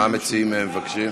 מה המציעים מבקשים?